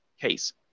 case